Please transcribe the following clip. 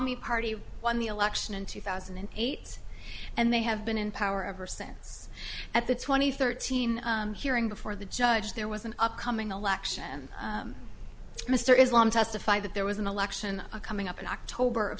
awami party won election in two thousand and eight and they have been in power ever since at the twenty thirteen hearing before the judge there was an upcoming election and mr islam testified that there was an election coming up in october